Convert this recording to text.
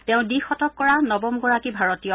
তেওঁ দ্বিশতক কৰা নৱমগৰাকী ভাৰতীয়